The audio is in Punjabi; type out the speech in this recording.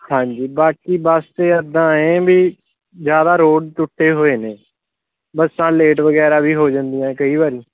ਹਾਂਜੀ ਬਾਕੀ ਬੱਸ 'ਤੇ ਇੱਦਾਂ ਐਂ ਵੀ ਜ਼ਿਆਦਾ ਰੋਡ ਟੁੱਟੇ ਹੋਏ ਨੇ ਬੱਸਾਂ ਲੇਟ ਵਗੈਰਾ ਵੀ ਹੋ ਜਾਂਦੀਆਂ ਕਈ ਵਾਰੀ